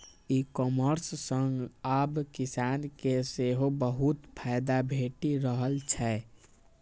ई commerce सं आब किसान के सेहो बहुत फायदा भेटि रहल छै